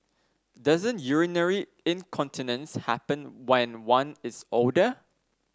doesn't urinary incontinence happen when one is older